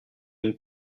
une